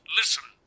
listen